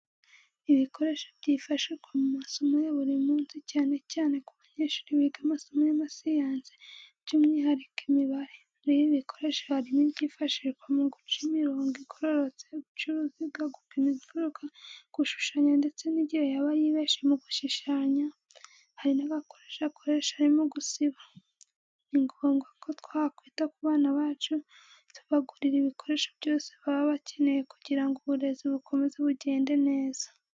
Ibikoresho byifashishwa mu masomo ya buri munsi cyane cyane ku banyeshuri biga amasomo y'amasiyansi by'umwihariko imibare. Muri ibi bikoresho harimo ibyifashishwa mu guca imirongo igororotse, guca uruziga, gupima imfuruka, gushushanya ndetse igihe yaba yibeshye mu gushushanya, hari n'agakoresho akoresha arimo gusiba. Ni ngombwa ko twakwita ku bana bacu tubagurira ibikoresho byose baba bakeneye kugira ngo uburezi bukomeze bugende neza.